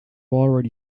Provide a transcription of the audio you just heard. already